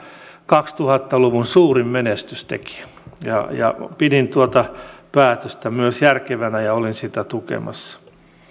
kaksituhatta luvun ehkä suurin menestystekijä pidin tuota päätöstä myös järkevänä ja olen sitä tukemassa